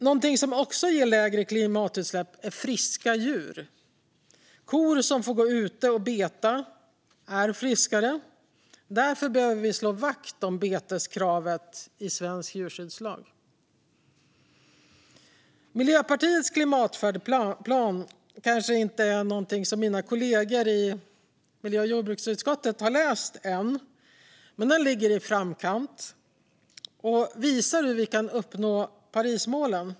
Något som också ger lägre klimatutsläpp är friska djur. Kor som får gå ute och beta är friskare. Därför behöver vi slå vakt om beteskravet i svensk djurskyddslag. Miljöpartiets klimatfärdplan är kanske inte något som mina kollegor i miljö och jordbruksutskottet har läst än, men den ligger i framkant och visar hur vi kan uppnå Parismålen.